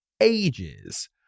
ages